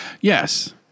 Yes